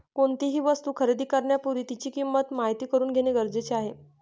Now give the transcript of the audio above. कोणतीही वस्तू खरेदी करण्यापूर्वी तिची किंमत माहित करून घेणे गरजेचे आहे